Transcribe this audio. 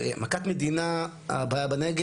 זה מכת מדינה בנגב,